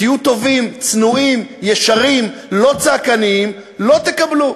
תהיו טובים, צנועים, ישרים, לא צעקנים, לא תקבלו.